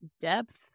Depth